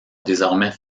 désormais